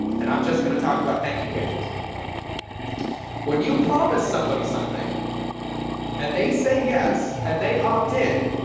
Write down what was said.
and i'm just going to talk about, thank you pages when you promise somebody something and they say yes, and they opt in.